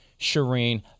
Shireen